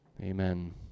amen